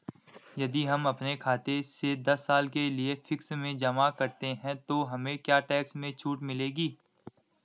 यदि हम अपने खाते से दस साल के लिए फिक्स में जमा करते हैं तो हमें क्या टैक्स में छूट मिलेगी?